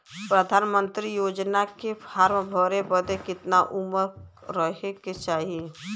प्रधानमंत्री योजना के फॉर्म भरे बदे कितना उमर रहे के चाही?